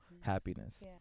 happiness